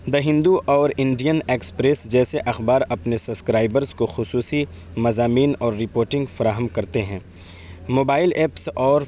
دا ہندو اور Indian Express جیسے اخبار اپنے سبسکرائبرس کو خصوصی مضامین اور رپورٹنگ فراہم کرتے ہیں موبائل ایپس اور